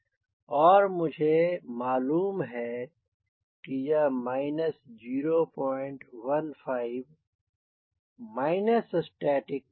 और मुझे मालूम है यह है minus 0 15 माइनस स्टैटिक मार्जिन